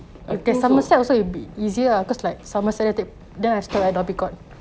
I think so